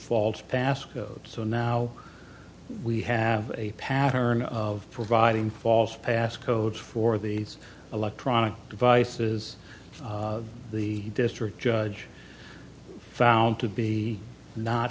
false pass codes so now we have a pattern of providing false pass codes for these electronic devices the district judge found to be not